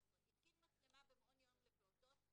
נכנס לתוקף מאוחר יותר למי שכבר היו לו מצלמות.